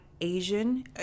asian